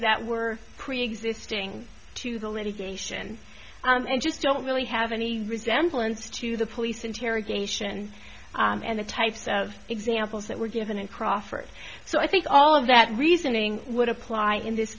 that were preexisting to the litigation and i just don't really have any resemblance to the police interrogation and the types of examples that were given in crawford so i think all of that reasoning would apply in this